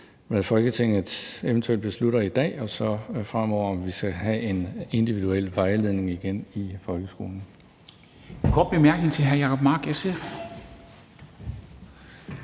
hvad Folketinget eventuelt beslutter i dag, og til at se, om vi fremover skal have en individuel vejledning igen i folkeskolen.